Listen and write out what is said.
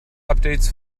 updates